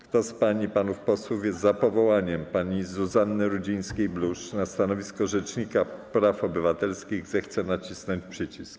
Kto z pań i panów posłów jest za powołaniem pani Zuzanny Rudzińskiej-Bluszcz na stanowisko rzecznika praw obywatelskich, zechce nacisnąć przycisk.